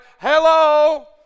Hello